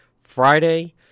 Friday